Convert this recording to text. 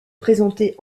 présentés